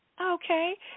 okay